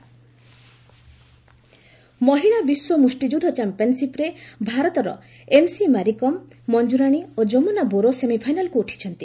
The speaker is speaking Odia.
ବକ୍ସିଂ ମହିଳା ବିଶ୍ୱ ମୁଷ୍ଟିଯୁଦ୍ଧ ଚାମ୍ପିୟନ୍ସିପ୍ରେ ଭାରତର ଏମ୍ସି ମାରିକମ୍ ମଞ୍ଜୁରାଣୀ ଓ ଯମୁନା ବୋରୋ ସେମିଫାଇନାଲ୍କୁ ଉଠିଛନ୍ତି